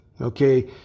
okay